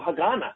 Haganah